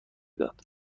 داد